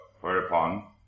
whereupon